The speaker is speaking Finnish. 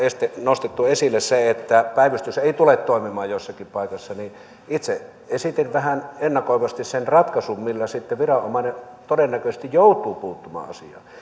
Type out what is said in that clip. nostettu esille se että päivystys ei tule toimimaan joissakin paikoissa niin itse esitin vähän ennakoivasti sen ratkaisun millä sitten viranomainen todennäköisesti joutuu puuttumaan asiaan